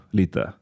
lite